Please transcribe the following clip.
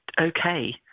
okay